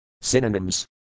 Synonyms